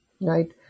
right